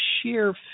sheer